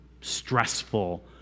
stressful